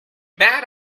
bad